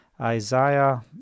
Isaiah